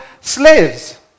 slaves